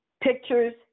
pictures